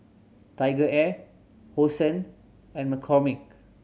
TigerAir Hosen and McCormick